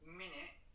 minute